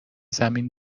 زمین